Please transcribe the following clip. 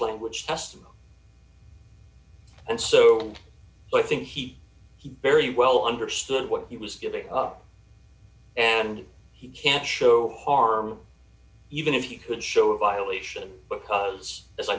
language test and so i think he he very well understood what he was giving and he can't show harm even if you could show a violation because as i